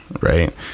right